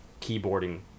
keyboarding